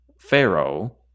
Pharaoh